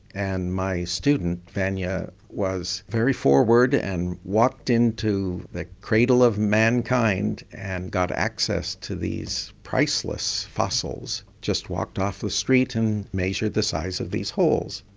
and my student vanya was very forward and walked in to the cradle of mankind and got access to these priceless fossils, just walked off the street and measured the size of these holes.